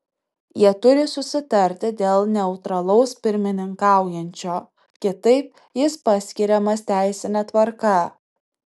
jie turi susitarti dėl neutralaus pirmininkaujančio kitaip jis paskiriamas teisine tvarka